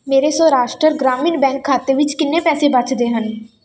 ਮੇਰੇ ਸੌਰਾਸ਼ਟਰ ਗ੍ਰਾਮੀਣ ਬੈਂਕ ਖਾਤੇ ਵਿੱਚ ਕਿੰਨੇ ਪੈਸੇ ਬਚਦੇ ਹਨ